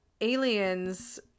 Aliens